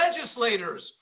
legislators